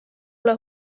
ole